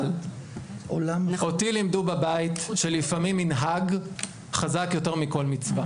אבל אותי לימדו בבית שלפעמים מנהג חזק יותר מכל מצווה.